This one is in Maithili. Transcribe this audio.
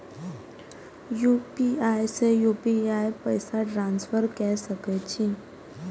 यू.पी.आई से यू.पी.आई पैसा ट्रांसफर की सके छी?